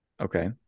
Okay